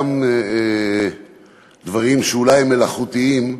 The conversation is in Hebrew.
גם דברים שאולי הם מלאכותיים,